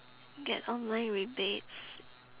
get online rebates